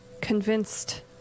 convinced